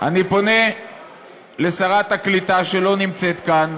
אני פונה לשרת העלייה והקליטה, שלא נמצאת כאן: